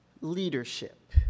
Leadership